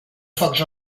focs